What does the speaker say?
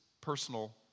personal